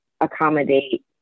accommodate